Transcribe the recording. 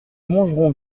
montgeron